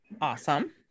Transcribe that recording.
Awesome